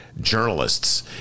journalists